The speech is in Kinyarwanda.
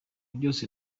byose